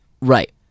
Right